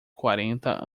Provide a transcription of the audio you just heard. quarenta